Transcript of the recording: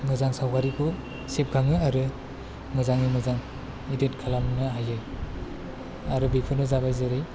मोजां सावगारिखौ सेबखाङो आरो मोजाङै मोजां इदिट खालामनो हायो आरो बेफोरो जाबाय जेरै